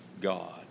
God